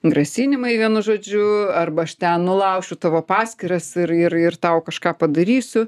grasinimai vienu žodžiu arba aš ten nulaušiu tavo paskyras ir ir ir tau kažką padarysiu